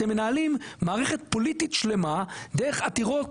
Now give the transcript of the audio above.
אתם מנהלים מערכת פוליטית שלמה דרך עתירות